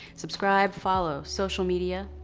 subscribe, follow, social media.